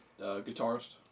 guitarist